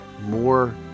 more